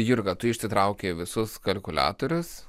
jurga tu išsitraukei visus kalkuliatorius